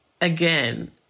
again